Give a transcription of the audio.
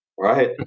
Right